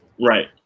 Right